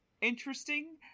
interesting